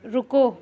رکو